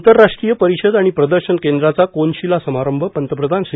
आंतरराष्ट्रीय परिषद आणि प्रदर्शन केंद्राचा कोनशीला समारंभ पंतप्रधान श्री